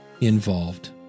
involved